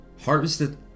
harvested